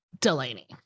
Delaney